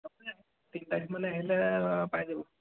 আপুনি তিনি তাৰিখ মানে আহিলে পাই যাব